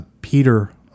Peter